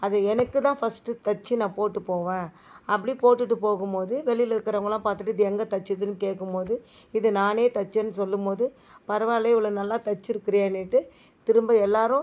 அது எனக்கு தான் ஃபஸ்ட்டு தைச்சு நான் போட்டு போவேன் அப்படி போட்டுட்டு போகும் போது வெளியில் இருக்கிறவங்கள்லாம் பார்த்துட்டு இது எங்கே தைச்சதுன்னு கேட்கும் போது இது நானே தைச்சேன்னு சொல்லும்போது பரவாயில்லையே இவ்வளோ நல்லா தைச்சுருக்குறியேனுட்டு திரும்ப எல்லோரும்